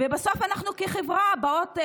ובסוף אנחנו כחברה באות,